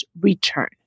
return